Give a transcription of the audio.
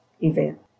event